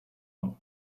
hour